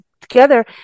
together